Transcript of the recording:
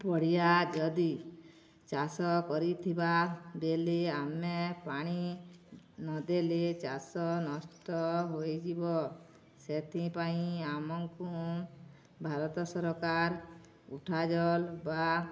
ପଡ଼ିଆ ଯଦି ଚାଷ କରିଥିବା ବେଳେ ଆମେ ପାଣି ନଦେଲେ ଚାଷ ନଷ୍ଟ ହୋଇଯିବ ସେଥିପାଇଁ ଆମକୁ ଭାରତ ସରକାର ଉଠାଜଳ ବା